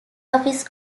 office